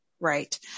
Right